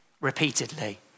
repeatedly